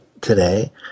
today